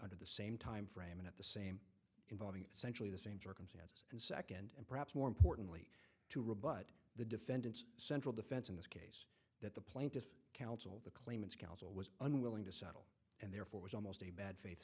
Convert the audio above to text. under the same timeframe and at the same involving essentially the same circumstances and second and perhaps more importantly to rebut the defendant's central defense in this case that the plaintiff counsel the claimants counsel was unwilling to settle and therefore was almost a bad faith